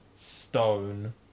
stone